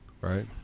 right